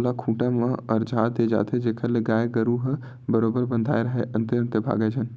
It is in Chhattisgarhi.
ओला खूंटा म अरझा दे जाथे जेखर ले गाय गरु ह बरोबर बंधाय राहय अंते तंते भागय झन